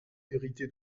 hérité